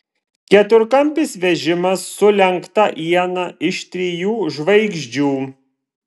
keturkampis vežimas su lenkta iena iš trijų žvaigždžių